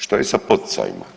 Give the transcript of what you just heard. Što je sa poticajima?